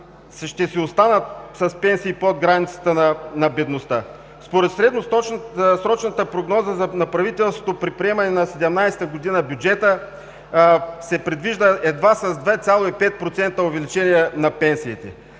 ще останат с пенсии под границата на бедността. Според средносрочната прогноза на правителството при приемането на бюджета за 2017 г. се предвижда едва с 2,5% увеличение на пенсиите,